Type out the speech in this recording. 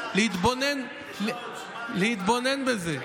להתבונן בזה.